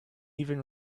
even